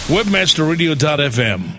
Webmasterradio.fm